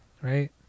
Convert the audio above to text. right